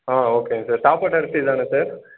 ஆ ஓகேங்க சார் சாப்பாட்டு அரிசி தானே சார்